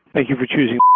thank you for choosing.